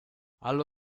allo